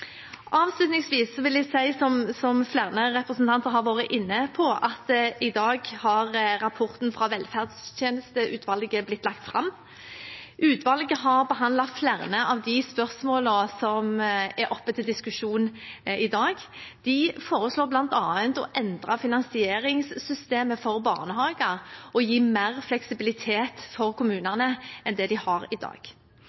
Avslutningsvis vil jeg si, som flere representanter har vært inne på, at i dag har rapporten fra velferdstjenesteutvalget blitt lagt fram. Utvalget har behandlet flere av de spørsmålene som er oppe til diskusjon i dag. De foreslår bl.a. å endre finansieringssystemet for barnehager og gi mer fleksibilitet for